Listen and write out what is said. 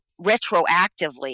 retroactively